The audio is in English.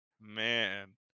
Man